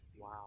Wow